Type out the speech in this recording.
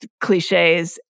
cliches